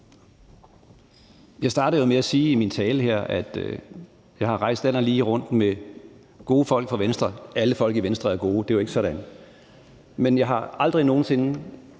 Jeg startede jo med at sige her i min tale, at jeg har rejst land og rige rundt med gode folk fra Venstre. Alle folk i Venstre er gode; det er jo ikke sådan. Men jeg har aldrig nogen sinde